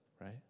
right